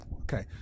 Okay